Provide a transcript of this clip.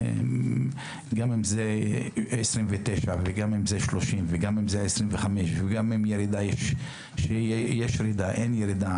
גם אם זה 29 או 30 או 25 וגם אם יש ירידה במספר ההרוגים או אין ירידה.